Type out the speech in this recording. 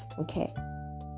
Okay